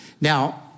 Now